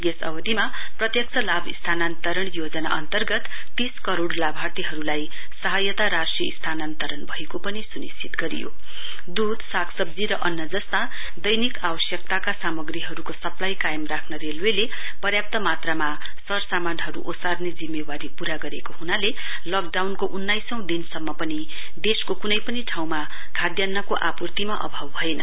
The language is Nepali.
यस अवधिमा प्रत्यक्ष लाभ स्थानान्तरण योजना अन्तर्गत तीस करोड़ लाभर्थीहरुलाई सहायता राशि स्थानान्तरण भएको पनि सुनिश्चित गरियो द्रध सागसब्जी र अन्न जस्ता दैनिक आवश्यकताका सामग्रीहरुको सप्लाई कायम राख्न रेलवेले पर्याप्त मात्रामा सरसामानहरु ओर्साने जिम्मावारी पूरा गरेको हुनाले लकडाउनको उन्नाइसौं दिनमा पनि देशको कुनै पनि ठाउँमा साद्यान्नको आपूर्तिमा अभाव भएन